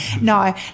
No